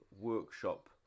workshop